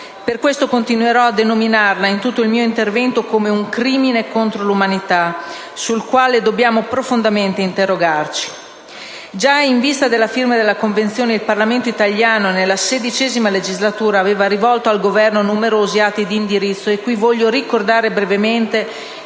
Per questo continuerò a denominarla in tutto il mio intervento come «un crimine contro l'umanità» sul quale dobbiamo profondamente interrogarci. Già in vista della firma della Convenzione, il Parlamento italiano, nella XVI legislatura, aveva rivolto al Governo numerosi atti di indirizzo. Voglio ricordare brevemente